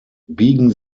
biegen